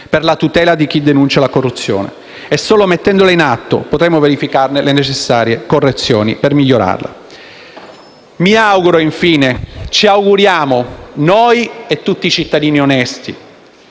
per la tutela di chi denuncia la corruzione. Solo mettendola in atto potremo verificare le necessarie correzioni per migliorarla. Noi e tutti i cittadini onesti